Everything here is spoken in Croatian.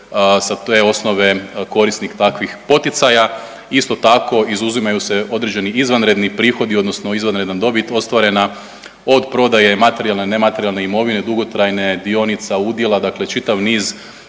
sa te osnove korisnik takvih poticaja. Isto tako izuzimaju se određeni izvanredni prihodi odnosno izvanredna dobit ostvarena od prodaje materijalne i nematerijalne imovine, dugotrajne, dionica, udjela, dakle čitav niz